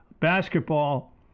Basketball